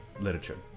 literature